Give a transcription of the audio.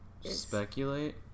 speculate